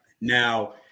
now